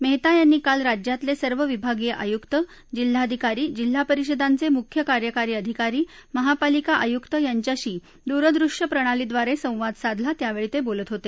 मेहता यांनी काल राज्यातले सर्व विभागीय आयुक्त जिल्हाधिकारी जिल्हा परिषदांचे मुख्य कार्यकारी अधिकारी महापालिका आयुक्त यांच्याशी दूरदृश्यप्रणालीद्वारे संवाद साधला त्यावेळी ते बोलत होते